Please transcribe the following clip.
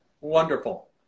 Wonderful